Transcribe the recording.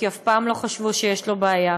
כי אף פעם לא חשבו שיש לו בעיה,